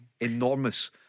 enormous